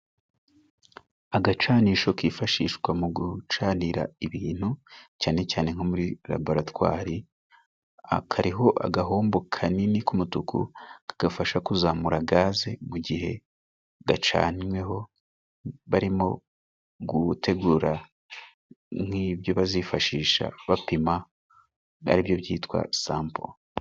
Agacanisho kifashishwa mu gucanira ibintu, cyane cyane nko muri laboratwari. Kariho agahombo kanini k'umutuku kagafasha kuzamura gaze mu gihe gacanyweho barimo gutegura nk'ibyo bazifashisha bapima aribyo byitwa sampo.